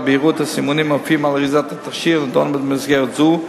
בהירות הסימונים המופיעים על אריזת התכשיר נדון במסגרת זו,